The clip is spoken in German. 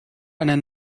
einer